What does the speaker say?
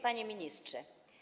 Panie Ministrze!